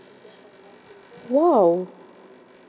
!wow!